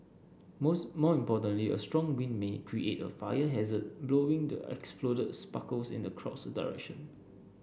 most more importantly a strong wind may create a fire hazard blowing the exploded sparkles in the crowd's direction